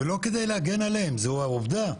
לא כדי להגן עליהם, זו עובדה.